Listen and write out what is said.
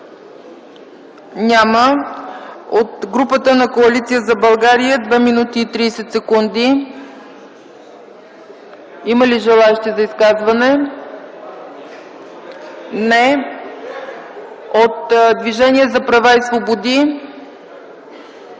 Няма. Групата на Коалиция за България има две минути и 30 секунди. Има ли желаещи за изказване? Не. От Движението за права и свободи?